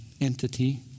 entity